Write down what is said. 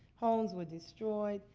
homes were destroyed.